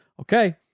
Okay